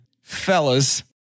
fellas